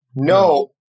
No